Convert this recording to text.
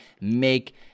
make –